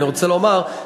אני רוצה לומר,